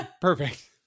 Perfect